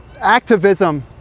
Activism